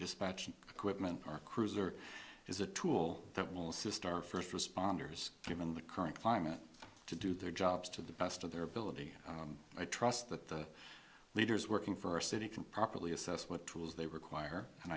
dispatching equipment or cruiser is a tool that will assist our first responders given the current climate to do their jobs to the best of their ability i trust that the leaders working for a city can properly assess what tools they require and